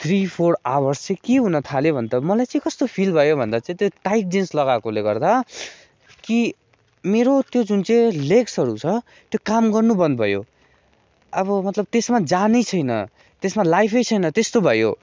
three four hours चाहिँ के हुन थाल्यो भने त मलाई चाहिँ कस्तो फिल भयो भन्दा चाहिँ त्यो टाइट जिन्स लगाएकोले गर्दा कि मेरो त्यो जुन चाहिँ लेग्सहरू छ त्यो काम गर्नु बन्द भयो अब मतलब त्यसमा जानै छैन त्यसमा लाइफै छैन त्यस्तो भयो